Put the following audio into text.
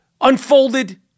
unfolded